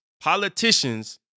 politicians